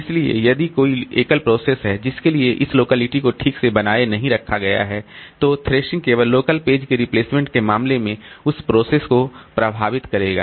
इसलिए यदि कोई एकल प्रोसेस है जिसके लिए इस लोकेलिटी को ठीक से बनाए नहीं रखा गया है तो थ्रेशिंग केवल लोकल पेज के रिप्लेसमेंट के मामले में उस प्रोसेस को प्रभावित करेगा